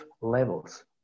levels